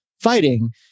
fighting